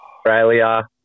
Australia